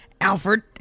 Alfred